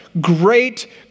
great